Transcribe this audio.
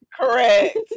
correct